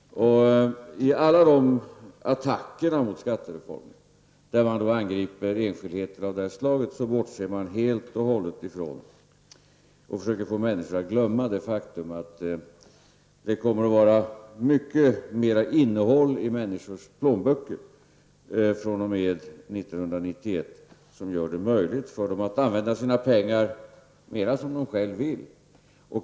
I alla de attacker mot skattereformen där man angriper enskildheter av det här slaget, bortser man helt ifrån och försöker få människor att glömma det faktum att det kommer att vara mycket mera innehåll i människors plånböcker fr.o.m. 1991, som gör det möjligt för dem att använda sina pengar mera som de själva vill.